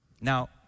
Now